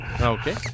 Okay